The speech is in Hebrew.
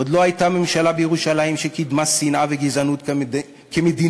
עוד לא הייתה ממשלה בירושלים שקידמה שנאה וגזענות כמדיניות